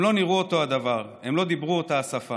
הם לא נראו אותו הדבר, הם לא דיברו את אותה השפה,